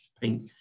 pink